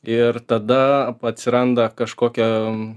ir tada atsiranda kažkokia